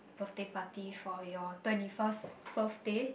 birthday party for your twenty first birthday